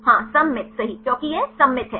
हाँ सममित सही क्यों यह सममित है